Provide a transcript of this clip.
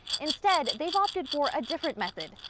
instead, they have opted for a different method,